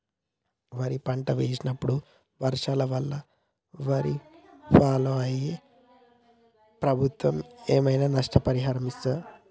వరి పంట వేసినప్పుడు వర్షాల వల్ల వారిని ఫాలో అయితే ప్రభుత్వం ఏమైనా నష్టపరిహారం ఇస్తదా?